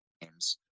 games